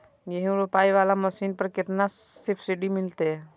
गेहूं रोपाई वाला मशीन पर केतना सब्सिडी मिलते?